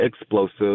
explosive